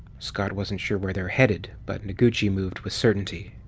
scott wasn't sure where they were headed, but noguchi moved with certainty.